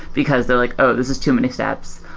because they're like, oh, this is too many steps.